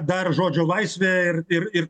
dar žodžio laisvė ir ir ir